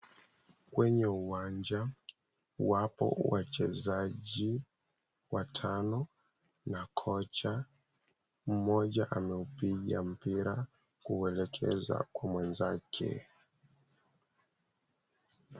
Kwenye uwanja wapo wachezaji watano na kocha. Mmoja ameupiga mpira kuuelekeza kwa mwenzake.